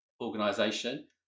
organization